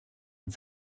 mit